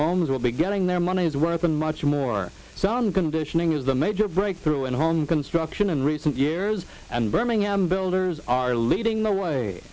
will be getting their money's worth in much more sun conditioning is the major breakthrough in home construction in recent years and birmingham builders are leading the way